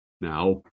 Now